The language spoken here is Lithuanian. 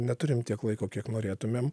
neturim tiek laiko kiek norėtumėm